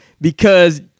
because-